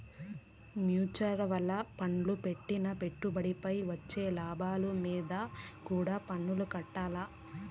mutual ఫండ్ల పెట్టిన పెట్టుబడిపై వచ్చే లాభాలు మీంద కూడా పన్నుకట్టాల్ల